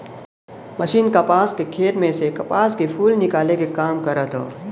machine कपास के खेत में से कपास के फूल निकाले क काम करत हौ